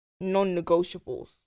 non-negotiables